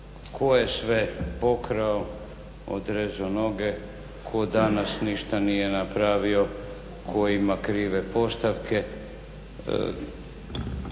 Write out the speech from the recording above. tko je sve odrezao noge, tko danas ništa nije napravio, tko ima krive postavke.